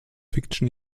fiction